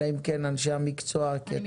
אלא אם כן אנשי המקצוע ירצו,